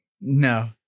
No